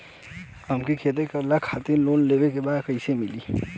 हमके खेती करे खातिर लोन लेवे के बा कइसे मिली?